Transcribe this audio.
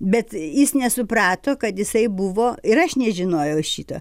bet jis nesuprato kad jisai buvo ir aš nežinojau šito